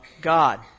God